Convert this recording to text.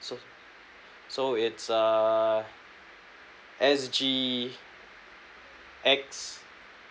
so so it's err S G X